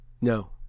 No